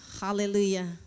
Hallelujah